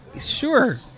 Sure